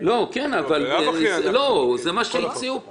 זה מה שהציעו פה.